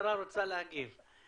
המשטרה רוצה להגיב.